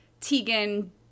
Tegan